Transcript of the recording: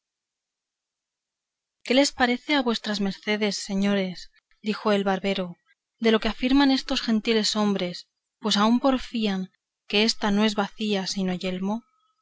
qué les parece a vuestras mercedes señores dijo el barbero de lo que afirman estos gentiles hombres pues aún porfían que ésta no es bacía sino yelmo